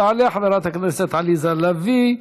תעלה חברת הכנסת עליזה לביא,